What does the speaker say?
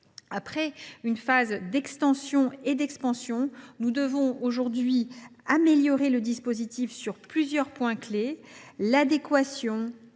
Après une phase d’extension et d’expansion de l’apprentissage, nous devons aujourd’hui améliorer le dispositif sur plusieurs points clés : l’adéquation